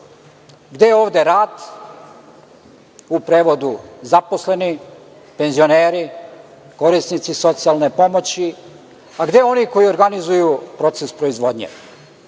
Gde je ovde rad, u prevodu zaposleni, penzioneri, korisnici socijalne pomoći, a gde oni koji organizuju proces proizvodnje. Šta